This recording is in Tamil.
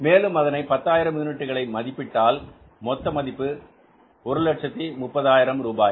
மேலும் அதனை 10000 யூனிட்டுகளை மதிப்பிட்டால் மொத்த மதிப்பு 130000 ரூபாய்